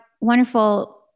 wonderful